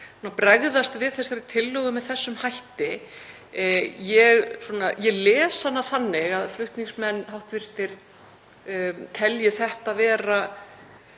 að bregðast við þessari tillögu með þessum hætti. Ég les hana þannig að hv. flutningsmenn telji þetta vera